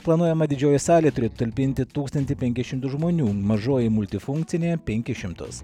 planuojama didžioji salė turi talpinti tūkstantį penkis šimtus žmonių mažoji multifunkcinė penkis šimtus